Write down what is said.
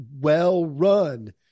well-run